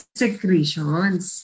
secretions